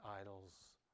idols